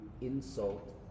insult